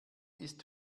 ist